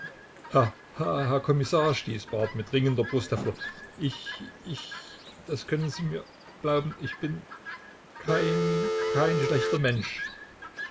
herr kommissar stieß barth mit ringender brust hervor ich ich das können sie mir glauben ich bin kein kein schlechter mensch